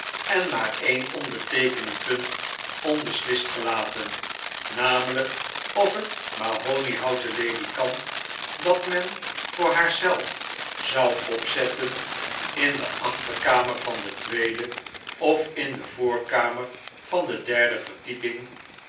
en maar een onbeteekenend punt onbeslist gelaten namelijk of het mahoniehouten ledikant dat men voor haar zelf zou opzetten in de achterkamer van de tweede of in de voorkamer van de derde verdieping